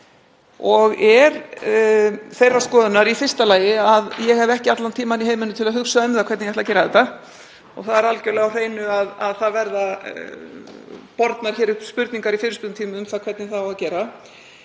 Ég er þeirrar skoðunar í fyrsta lagi að ég hef ekki allan tímann í heiminum til að hugsa um hvernig ég ætla að gera þetta og það er algjörlega á hreinu að það verða bornar upp spurningar í fyrirspurnatíma um það hvernig það á að gera.